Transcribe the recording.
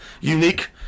unique